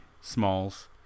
Smalls